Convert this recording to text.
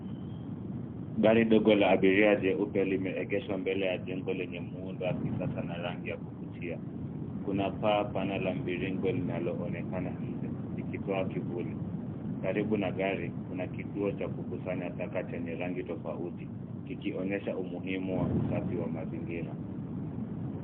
Gari dogo la abiria jeupe limeegeshwa mbele ya jengo lenye muundo wa kisasa na rangi ya kuvutia. Kuna paa pana la mviringo linaloonekana nje, likitoa kivuli. Karibu na gari kuna kituo cha kukusanya taka chenye rangi tofauti, kikionyesha umuhimu wa usafi wa mazingira.